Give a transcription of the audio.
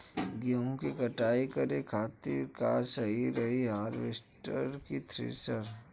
गेहूँ के कटाई करे खातिर का सही रही हार्वेस्टर की थ्रेशर?